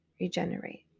regenerate